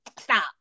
stop